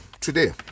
today